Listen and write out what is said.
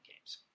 games